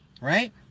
Right